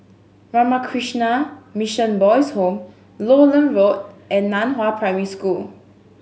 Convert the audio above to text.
Ramakrishna Mission Boys' Home Lowland Road and Nan Hua Primary School